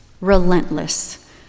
relentless